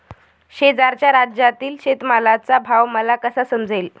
शेजारच्या राज्यातील शेतमालाचा भाव मला कसा समजेल?